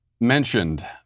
mentioned